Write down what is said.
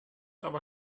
aber